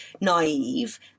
naive